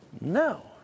No